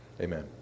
Amen